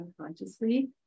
unconsciously